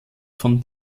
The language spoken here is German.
von